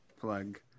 plug